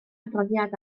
adroddiad